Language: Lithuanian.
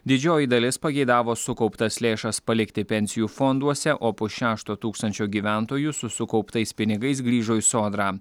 didžioji dalis pageidavo sukauptas lėšas palikti pensijų fonduose o pus šešto tūkstančio gyventojų su sukauptais pinigais grįžo į sodrą